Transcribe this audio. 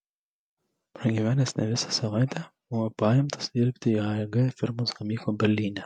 pragyvenęs ne visą savaitę buvo paimtas dirbti į aeg firmos gamyklą berlyne